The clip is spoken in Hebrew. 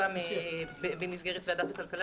לכשתוקם במסגרת ועדת הכלכלה,